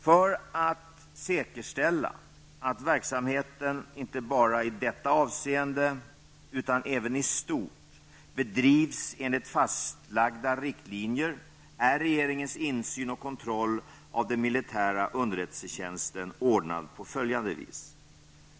För att säkerställa att verksamheten inte bara i detta avseende utan även i stort bedrivs enligt fastlagda riktlinjer är regeringens insyn och kontroll av den militära underrättelsetjänsten ordnad på följande vis.